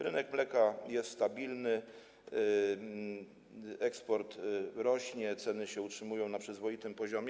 Rynek mleka jest stabilny, eksport rośnie, ceny się utrzymują na przyzwoitym poziomie.